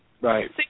Right